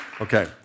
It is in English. Okay